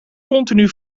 continu